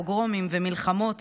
פוגרומים ומלחמות,